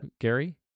gary